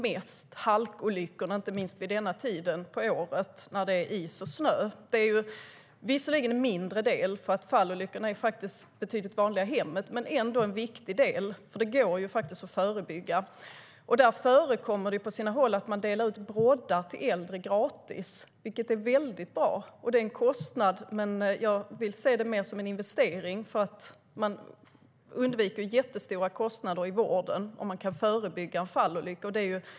Det gäller inte minst vid denna tid på året, när det är is och snö. Visserligen är det en mindre del, för fallolyckorna är betydligt vanligare i hemmen, men det är ändå en viktig del. Halkolyckorna går att förebygga. Det förekommer på sina håll att man delar ut broddar till äldre gratis, vilket är väldigt bra. Det är en kostnad, men jag ser det mer som en investering, för man undviker jättestora kostnader i vården om man förebygger fallolyckor.